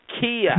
Kia